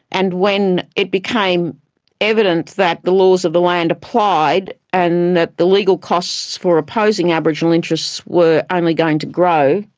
and when it became evident that the laws of the land applied and that the legal costs for opposing aboriginal interests were only going to grow,